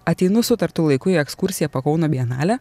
ateinu sutartu laiku į ekskursiją po kauno bienalę